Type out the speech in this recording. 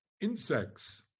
insects